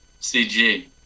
CG